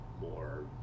more